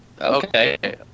Okay